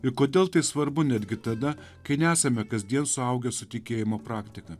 ir kodėl tai svarbu netgi tada kai nesame kasdien suaugę su tikėjimo praktika